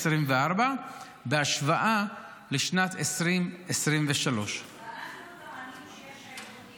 בהשוואה לשנת 2023. ואנחנו טוענים שיש עיוותים שם.